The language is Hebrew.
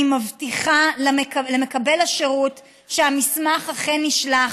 מבטיחה למקבל השירות שהמסמך אכן נשלח,